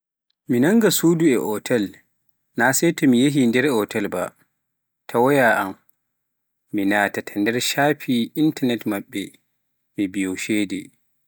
mi nannga suudu e otel naa sai to mi yeehi nder otel be, taa wayaawal an, mi naatata nder shafiji intanet maɓɓe mi biyo ceede.